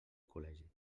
col·legi